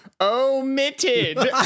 Omitted